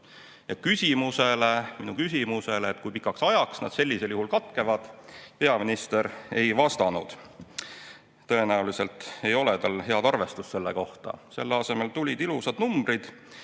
katkevad. Minu küsimusele, kui pikaks ajaks need sellisel juhul katkevad, peaminister ei vastanud. Tõenäoliselt ei ole tal head arvestust selle kohta. Selle asemel tulid ilusad numbrid,